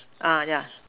ah yeah